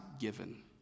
given